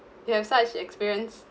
you have such experience